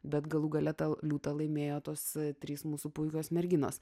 bet galų gale tą liūtą laimėjo tos trys mūsų puikios merginos